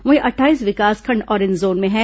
वहीं अट्ठाईस विकासखंड ऑरेज जोन में है